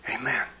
Amen